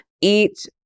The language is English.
eat